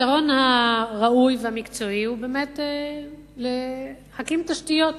הפתרון הראוי והמקצועי הוא להקים תשתיות,